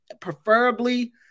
preferably